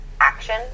action